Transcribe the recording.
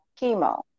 chemo